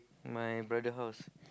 my brother house